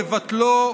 לבטלו,